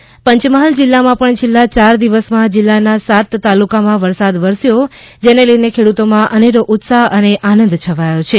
પંચમહાલ વરસાદ પંચમહાલ જિલ્લામાં પણ છેલ્લા ચાર દિવસ માં જિલ્લાના સાત તાલુકામાં વરસાદ વરસ્યો જેને લઇને ખેડૂતો માં અનેરો ઉત્સાહ અને આનંદ છવાયો છે